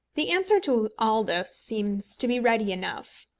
the answer to all this seems to be ready enough.